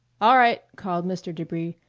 all right! called mr. debris.